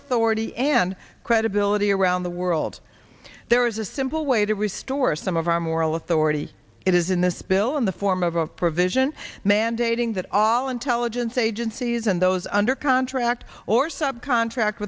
authority and credibility around the world there is a simple way to restore some of our moral authority it is in this bill in the form of a provision mandating that all intelligence agencies and those under contract or subcontract